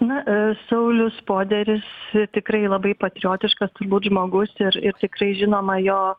na saulius poderis tikrai labai patriotiškas turbūt žmogus ir ir tikrai žinoma jo